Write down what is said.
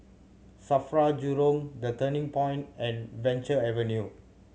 SAFRA Jurong The Turning Point and Venture Avenue